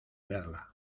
verla